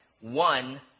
one